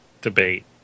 debate